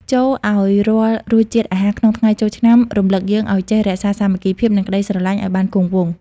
ចូរឱ្យរាល់រសជាតិអាហារក្នុងថ្ងៃចូលឆ្នាំ រំលឹកយើងឱ្យចេះរក្សាសាមគ្គីភាព និងក្ដីស្រឡាញ់ឱ្យបានគង់វង្ស។